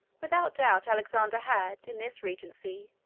without doubt alexander had, in this regency,